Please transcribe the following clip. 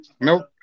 Nope